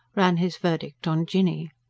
ran his verdict on jinny.